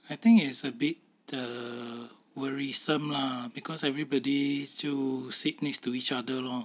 I think it's a bit uh worrisome lah because everybody still sit next to each other lor